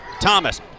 Thomas